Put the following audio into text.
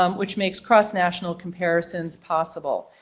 um which makes cross national comparisons possible.